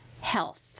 health